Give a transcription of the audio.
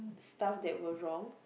stuff that were wrong